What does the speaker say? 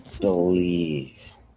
believe